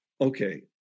okay